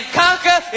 conquer